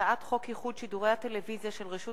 הצעת חוק ייחוד שידורי הטלוויזיה של רשות